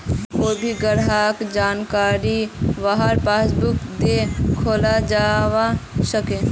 कोए भी ग्राहकेर जानकारी वहार पासबुक से दखाल जवा सकोह